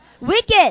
Wicked